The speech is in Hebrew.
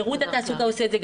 שירות התעסוקה עושה את זה,